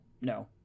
no